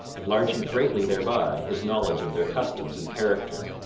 enlarging greatly thereby his knowledge of their customs and character.